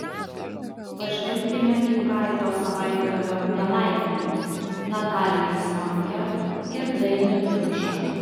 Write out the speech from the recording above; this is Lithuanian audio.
pažvelkime į praeito savaitgalio nelaimėlius nataliją zvonkę ir dainių dimšą